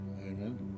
amen